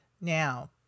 now